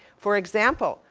for example,